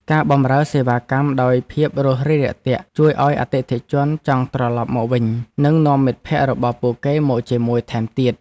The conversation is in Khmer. ការបម្រើសេវាកម្មដោយភាពរួសរាយរាក់ទាក់ជួយឱ្យអតិថិជនចង់ត្រឡប់មកវិញ និងនាំមិត្តភក្តិរបស់ពួកគេមកជាមួយថែមទៀត។